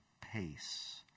pace